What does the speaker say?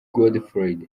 godefroid